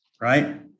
right